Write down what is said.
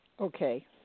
Okay